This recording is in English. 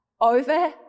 over